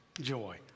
joy